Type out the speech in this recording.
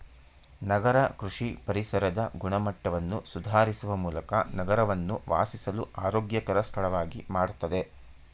ನಗರ ಕೃಷಿ ಪರಿಸರದ ಗುಣಮಟ್ಟವನ್ನು ಸುಧಾರಿಸುವ ಮೂಲಕ ನಗರವನ್ನು ವಾಸಿಸಲು ಆರೋಗ್ಯಕರ ಸ್ಥಳವಾಗಿ ಮಾಡ್ತದೆ